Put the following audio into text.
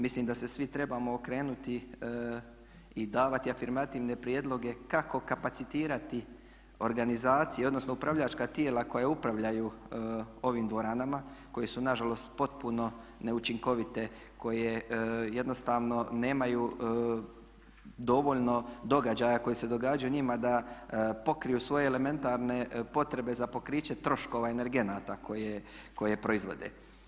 Mislim da se svi trebamo okrenuti i davati afirmativne prijedloge kako kapacitirati organizacije, odnosno upravljačka tijela koja upravljaju ovim dvoranama koji su na žalost potpuno neučinkovite, koje jednostavno nemaju dovoljno događaja koji se događaju njima da pokriju svoje elementarne potrebe za pokriće troškova energenata koje proizvode.